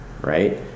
right